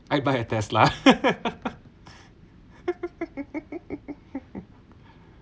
I buy a Tesla